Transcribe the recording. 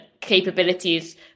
capabilities